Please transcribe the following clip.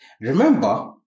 Remember